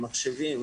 מחשבים,